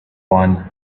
one